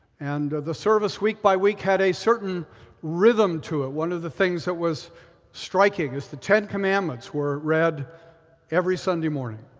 and the service week by week had a certain rhythm to it. one of the things that was striking is the ten commandments were read every sunday morning.